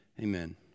Amen